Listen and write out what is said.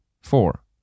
Four